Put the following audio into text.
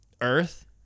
earth